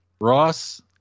Ross